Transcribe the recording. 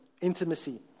intimacy